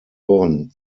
ohren